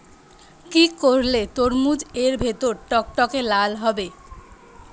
কি করলে তরমুজ এর ভেতর টকটকে লাল হবে?